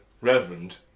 Reverend